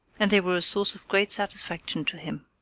and they were a source of great satisfaction to him.